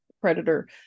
predator